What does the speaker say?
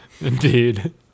Indeed